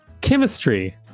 Chemistry